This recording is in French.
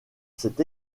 s’est